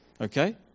Okay